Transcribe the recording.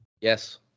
Yes